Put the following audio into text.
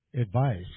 advice